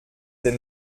den